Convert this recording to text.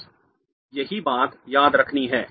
बस यही बात याद रखनी है